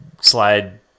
slide